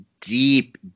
deep